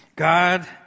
God